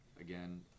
Again